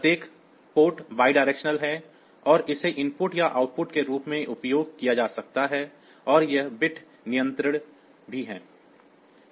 प्रत्येक PORT द्विदिश है और इसे इनपुट या आउटपुट के रूप में उपयोग किया जा सकता है और यह बिट नियंत्रणीय भी है